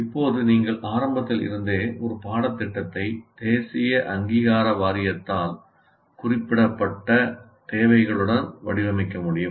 இப்போது நீங்கள் ஆரம்பத்தில் இருந்தே ஒரு பாடத்திட்டத்தை தேசிய அங்கீகார வாரியத்தால் குறிப்பிடப்பட்ட தேவைகளுடன் வடிவமைக்க முடியும்